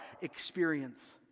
experience